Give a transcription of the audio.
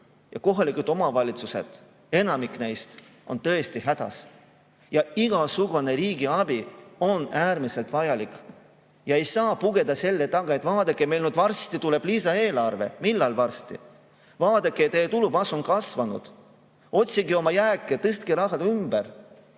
ja kohalikud omavalitsused, enamik neist, on tõesti hädas. Igasugune riigi abi on äärmiselt vajalik ja ei saa pugeda selle taha, et vaadake, meil varsti tuleb lisaeelarve. Millal varsti? Vaadake, teie tulubaas on kasvanud, otsige oma jääke, tõstke raha ümber.